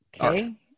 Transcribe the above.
Okay